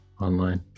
online